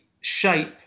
shape